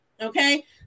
Okay